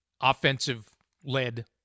offensive-led